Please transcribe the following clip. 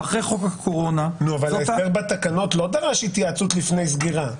אחרי חוק הקורונה --- ההסדר בתקנות לא דרש התייעצות לפני סגירה.